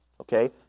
okay